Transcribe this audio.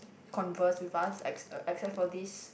converse with us ex~ uh except for this